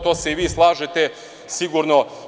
To se i vi slažete sigurno.